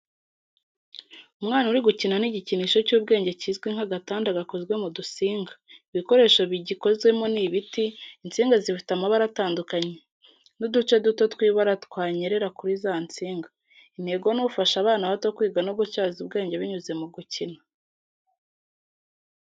Umwana uri gukina n’igikinisho cy’ubwenge kizwi nk'agatanda gakozwe mu dusinga. Ibikoresho bigikozemo ni ibiti, insinga zifite amabara atandukanye, n’uduce duto tw’ibara twanyerera kuri za nsinga. Intego ni ufasha abana bato kwiga no gutyaza ubwenge binyuze mu gukina.